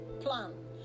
plan